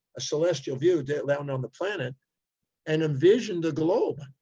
a celestial view, down on the planet and envision the globe,